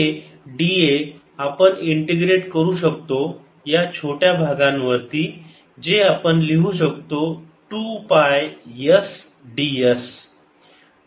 हे d a आपण integrate करू शकतो या छोट्या भागांवरती जे आपण लिहू शकतो 2 पाय s ds